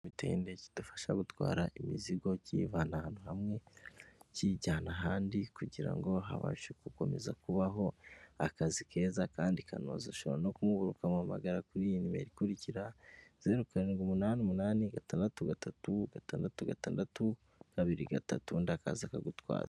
Ikinyamitende kidufasha gutwara imizigo kiyivana ahantu hamwe kiyijyana ahandi kugira ngo habashe gukomeza kubaho akazi keza kandi kanoza. Ushobora no kumubura, ukamuhamagara kuri iyi nimero ikurikira: ziru karindwi umunani umunani, gatandatu gatatu, gatandatu gatandatu, kabiri gatatu, ubundi akaza akagutwaza.